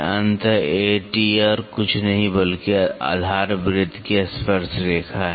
अत A T और कुछ नहीं बल्कि आधार वृत्त की स्पर्श रेखा है